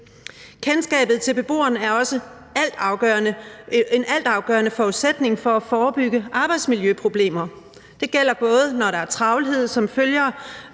Kendskabet til beboeren er også en altafgørende forudsætning for at forebygge arbejdsmiljøproblemer. Det gælder, både når der er travlhed som følge